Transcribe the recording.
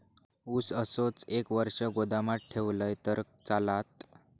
ऊस असोच एक वर्ष गोदामात ठेवलंय तर चालात?